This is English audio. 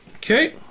Okay